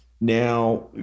now